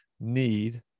need